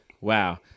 Wow